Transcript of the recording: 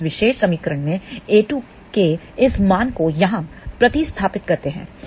हम इस विशेष समीकरण में a2 के इस मान को यहाँ प्रतिस्थापित करते हैं